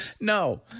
No